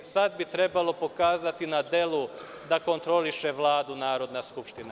Sada bi trebalo pokazati na delu da kontroliše Vladu Narodna skupština.